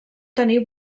tenir